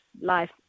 life